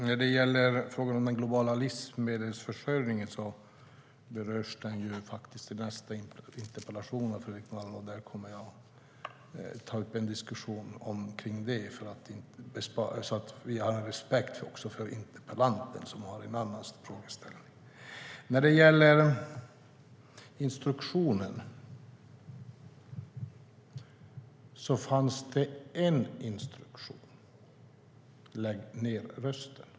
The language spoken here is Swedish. Fru talman! När det gäller den globala livsmedelsförsörjningen berörs den i nästa interpellation, väckt av Fredrik Malm, och då ska jag ta upp en diskussion om det. Vi bör ha respekt för interpellanten som har en annan frågeställning. När det gäller instruktionen fanns det en instruktion: Lägg ned rösten.